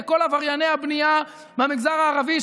לכל עברייני הבנייה במגזר הערבי,